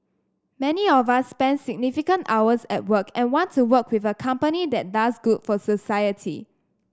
many of us spend significant hours at work and want to work with a company that does good for society